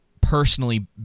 personally